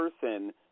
person